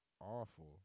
awful